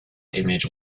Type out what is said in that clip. image